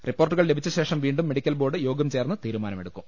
റിപ്പോർട്ടുകൾ ലഭിച്ച ശേഷം വീണ്ടും മെഡിക്കൽ ബോർഡ് യോഗം ചേർന്ന് തീരുമാനമെടുക്കും